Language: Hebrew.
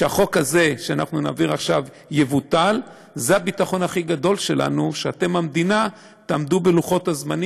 שאני מובילה יחד עם חברת הכנסת מרב